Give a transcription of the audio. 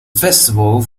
festival